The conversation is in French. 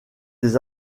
des